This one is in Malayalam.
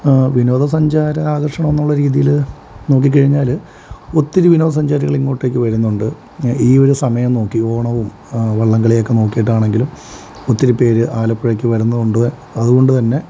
വിനോദസഞ്ചാര ആകർഷണമെന്നുള്ള രീതിയിൽ നോക്കിക്കഴിഞ്ഞാൽ ഒത്തിരി വിനോദസഞ്ചാരികൾ ഇങ്ങോട്ടേക്ക് വരുന്നുണ്ട് ഈയൊരു സമയം നോക്കി ഓണവും വള്ളംകളിയൊക്കെ നോക്കീട്ടാണെങ്കിലും ഒത്തിരി പേർ ആലപ്പുഴയ്ക്ക് വരുന്നുണ്ട് അതുകൊണ്ടുതന്നെ